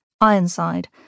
Ironside